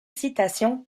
citation